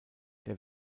der